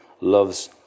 loves